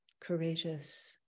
courageous